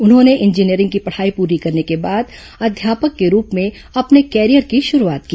उन्होंने इंजीनियरिंग की पढ़ाई पूरी करने के बाद अध्यापक के रूप में अपने कैरियर की शुरूआत की